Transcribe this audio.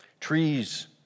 Trees